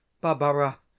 barbara